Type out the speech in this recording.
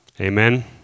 Amen